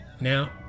Now